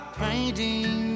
painting